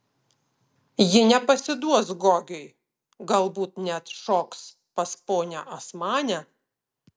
ji nepasiduos gogiui galbūt net šoks pas ponią asmanę